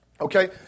Okay